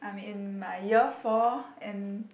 I'm in my year four and